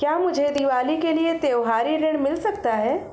क्या मुझे दीवाली के लिए त्यौहारी ऋण मिल सकता है?